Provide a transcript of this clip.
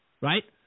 Right